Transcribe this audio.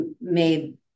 made